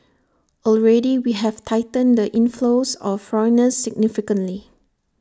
already we have tightened the inflows of foreigners significantly